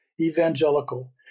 evangelical